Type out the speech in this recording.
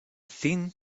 thin